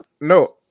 No